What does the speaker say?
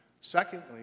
Secondly